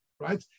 right